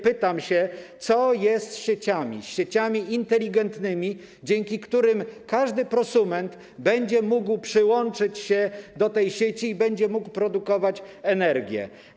Pytam się: Co jest z sieciami, z sieciami inteligentnymi, dzięki którym każdy prosument będzie mógł przyłączyć się do tej sieci, by mógł produkować energię?